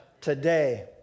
today